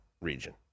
region